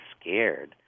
scared